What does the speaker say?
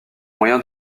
moyen